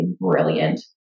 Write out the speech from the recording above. brilliant